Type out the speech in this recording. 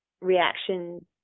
reaction